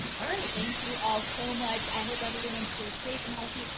all right. thank you all so much. i hope everyone stays safe and healthy.